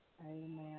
Amen